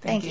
thank you